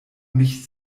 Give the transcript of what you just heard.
mich